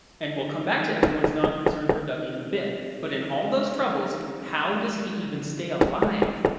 and we'll come back to everyone's non-concern for dougie in a bit. but in all those troubles, how does he even stay alive?